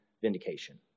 vindication